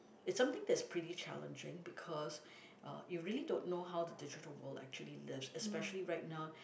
it's something that's pretty challenging because uh you really don't know how the digital world actually lives especially right now